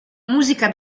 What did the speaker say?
musica